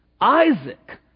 Isaac